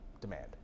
demand